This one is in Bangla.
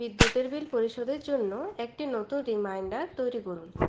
বিদ্যুতের বিল পরিশোধের জন্য একটি নতুন রিমাইন্ডার তৈরি করুন